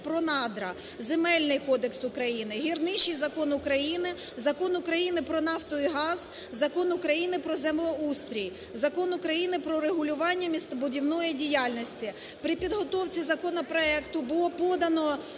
про надра, Земельний кодекс України, Гірничий закон України, Закон України про нафту і газ, Закон України про землеустрій, Закон України про регулювання містобудівної діяльності. При підготовці законопроекту було подано